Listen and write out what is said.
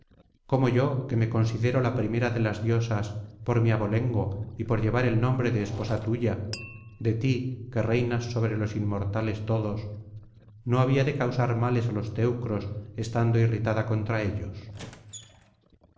cómo yo que me considero la primera de las diosas por mi abolengo y por llevar el nombre de esposa tuya de ti que reinas sobre los inmortales todos no había de causar males á los teucros estando irritada contra ellos